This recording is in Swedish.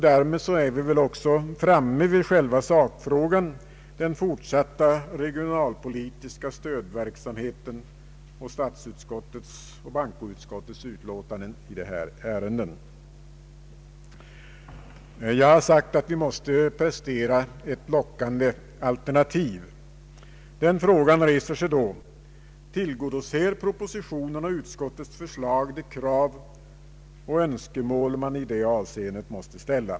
Därmed är vi väl också framme vid själva sakfrågan, den fortsatta regionalpolitiska — stödverksamheten och statsutskottets och bankoutskottets utlåtanden i detta ärende. Jag har sagt att vi måste prestera ett lockande alternativ. Den frågan reser sig då: Tillgodoser propositionens och utskottets förslag de krav och önskemål som man i det avseendet måste ställa?